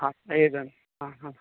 हा एवं हा हा